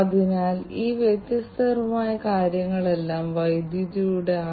അതിനാൽ തുടക്കത്തിൽ തന്നെ ഒരു കാര്യം കൂടി പറയട്ടെ